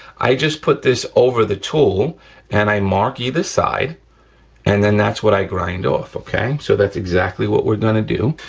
i just put this over the tool and i mark either side and then that's what i grind off, okay? so that's exactly what we're gonna do.